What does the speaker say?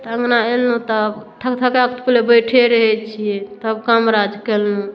तऽ अँगना एलहुँ तब थकथकाए कऽ तऽ पहिले बैठे रहै छियै तब काम राज केलहुँ